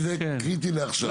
כי זה קריטי לעכשיו.